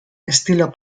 estilo